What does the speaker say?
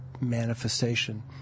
manifestation